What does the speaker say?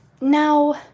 Now